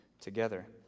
together